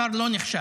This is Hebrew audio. השר לא נחשב,